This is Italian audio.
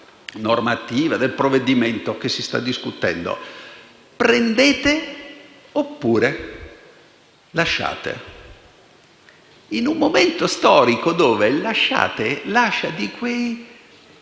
normativa e del provvedimento che si sta discutendo. Prendete oppure lasciate». In un momento storico che lascia ambiti oscuri